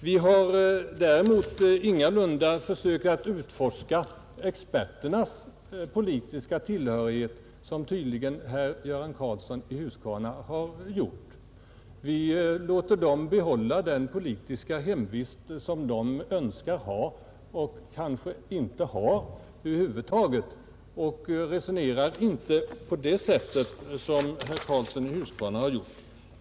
Vi har inte försökt att utforska experternas politiska hemvist, vilket tydligen herr Göran Karlsson i Huskvarna har gjort. Vi låter experterna behålla den politiska hemvist de önskar ha eller kanske inte har över huvud taget. Vi resonerar inte på det sätt som herr Göran Karlsson i Huskvarna har gjort.